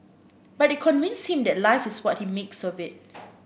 but they convinced him that life is what he makes of it